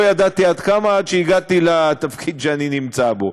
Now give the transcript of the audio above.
לא ידעתי עד כמה עד שהגעתי לתפקיד שאני נמצא בו.